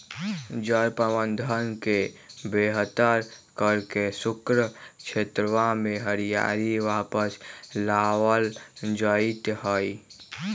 जल प्रबंधन के बेहतर करके शुष्क क्षेत्रवा में हरियाली वापस लावल जयते हई